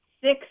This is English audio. six